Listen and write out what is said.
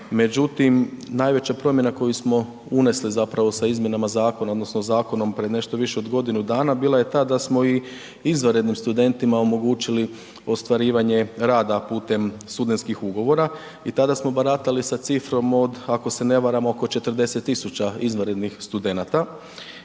Međutim, najveća promjena koju smo unesli zapravo sa izmjenama zakona odnosno zakonom pred nešto više od godinu dana bila je ta da smo i izvanrednim studentima omogućili ostvarivanje rada putem studentskih ugovora i tada smo baratali sa cifrom od ako se ne varam oko 40 000 izvanrednih studenata